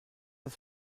das